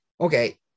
Okay